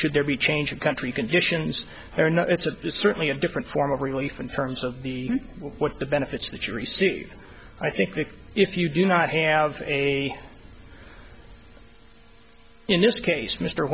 should there be change of country conditions or not it's a it's certainly a different form of relief in terms of the what the benefits that you receive i think that if you do not have a in this case m